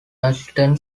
ashton